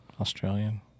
Australian